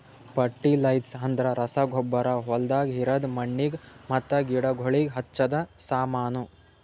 fertilisers ಅಂದ್ರ ರಸಗೊಬ್ಬರ ಹೊಲ್ದಾಗ ಇರದ್ ಮಣ್ಣಿಗ್ ಮತ್ತ ಗಿಡಗೋಳಿಗ್ ಹಚ್ಚದ ಸಾಮಾನು